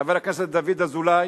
חבר הכנסת דוד אזולאי,